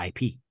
IP